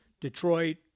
Detroit